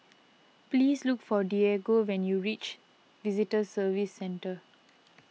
please look for Diego when you reach Visitor Services Centre